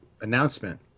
announcement